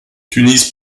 tunis